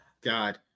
God